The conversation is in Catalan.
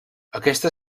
aquesta